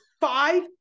five